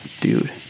dude